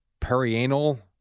Perianal